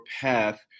path